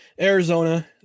Arizona